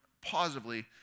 positively